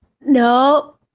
No